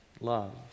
love